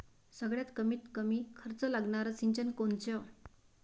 सगळ्यात कमीत कमी खर्च लागनारं सिंचन कोनचं?